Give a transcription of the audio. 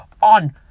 on